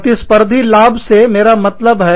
प्रतिस्पर्धी लाभ से मेरा यही मतलब है